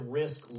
risk